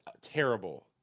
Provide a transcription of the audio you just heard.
terrible